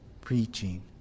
preaching